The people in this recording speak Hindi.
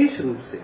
विशेष रूप से